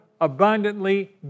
abundantly